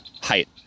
height